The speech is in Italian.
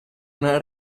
una